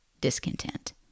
discontent